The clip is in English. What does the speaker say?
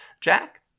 Jack